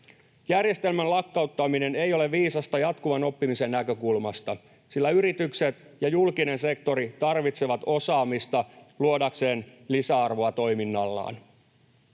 Järjestelmän lakkauttaminen ei ole viisasta jatkuvan oppimisen näkökulmasta, sillä yritykset ja julkinen sektori tarvitsevat osaamista luodakseen lisäarvoa toiminnallaan.